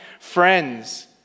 Friends